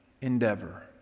endeavor